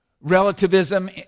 Relativism